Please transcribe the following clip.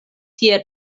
tie